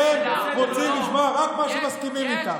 אתם רוצים לשמוע רק מה שמסכימים איתו.